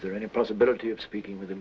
is there any possibility of speaking with the